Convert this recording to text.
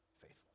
faithful